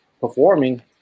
Performing